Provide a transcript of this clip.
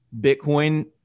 Bitcoin